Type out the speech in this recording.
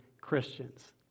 Christians